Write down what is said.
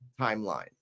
timeline